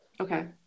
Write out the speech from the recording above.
Okay